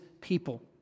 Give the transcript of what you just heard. people